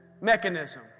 mechanism